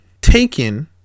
taken